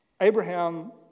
Abraham